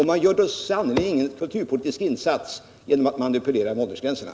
Man gör sannerligen ingen kulturpolitisk insats genom att manipulera med åldersgränserna.